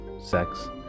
sex